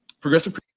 Progressive